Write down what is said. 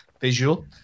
visual